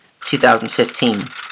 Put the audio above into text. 2015